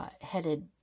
headed